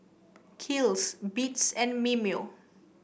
Kiehl's Beats and Mimeo